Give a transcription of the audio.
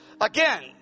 again